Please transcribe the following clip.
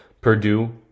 Purdue